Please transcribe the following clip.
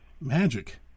Magic